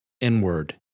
inward